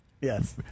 Yes